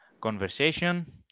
Conversation